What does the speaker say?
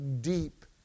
deep